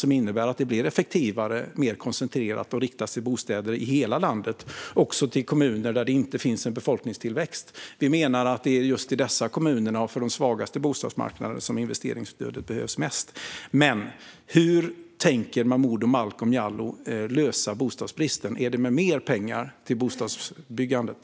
Den innebär att stödet blir effektivare och mer koncentrerat och riktas till bostäder i hela landet, också till kommuner där det inte finns någon befolkningstillväxt. Vi menar att det är just i dessa kommuner och för de svagaste bostadsmarknaderna som investeringsstödet behövs mest. Hur tänker Momodou Malcolm Jallow lösa bostadsbristen? Är det med mer pengar till bostadsbyggandet?